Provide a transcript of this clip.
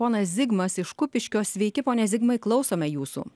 ponas zigmas iš kupiškio sveiki pone zigmai klausome jūsų